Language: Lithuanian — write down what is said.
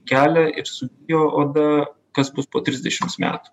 kelią ir sugijo oda kas bus po trisdešims metų